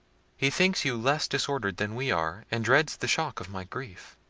he thinks you less disordered than we are, and dreads the shock of my grief.